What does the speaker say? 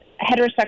heterosexual